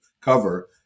cover